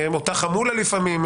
אותה חמולה לפעמים,